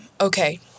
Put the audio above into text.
okay